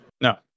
no